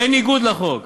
בניגוד לחוק.